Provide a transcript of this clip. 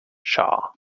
shaw